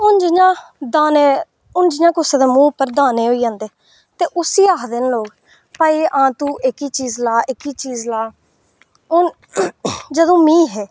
हून जि'यां दाने हून जि'यां कुसै दे मुहें उप्पर दाने होई जंदे ते उसी आखदे न लोक भाई हां तू एह्की चीज ला एह्की चीज ला हून जदूं मी हे